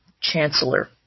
Chancellor